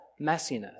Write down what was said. messiness